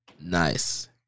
Nice